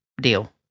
deal